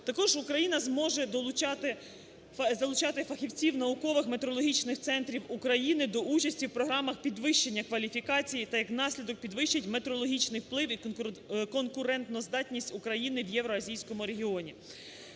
Також Україна зможе залучати фахівців наукових метрологічних центрів України до участі в програмах підвищення кваліфікацій та як наслідок підвищать метрологічний вплив і конкурентоздатність України в Євразійському регіоні.